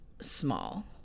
small